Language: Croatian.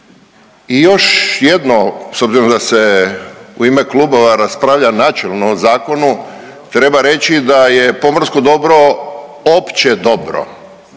I još jedno s obzirom da se u ime klubova raspravlja načelno o zakonu treba reći da je pomorsko dobro opće dobro,